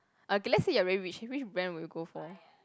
okay let's say you are very rich which brand would you go for